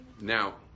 now